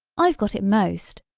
i've got it most!